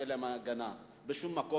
שאין להם הגנה בשום מקום,